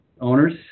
owners